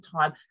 time